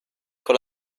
con